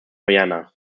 vienna